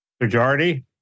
majority